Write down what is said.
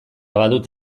badut